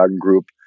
group